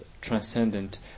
transcendent